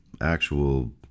actual